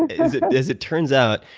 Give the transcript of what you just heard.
and as it as it turns out,